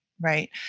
right